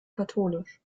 katholisch